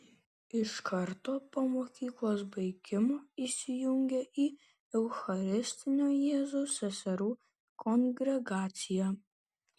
iš karto po mokyklos baigimo įsijungė į eucharistinio jėzaus seserų kongregaciją